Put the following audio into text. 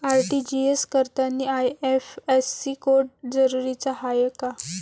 RTGS करतांनी IFSC code जरुरीचा हाय का?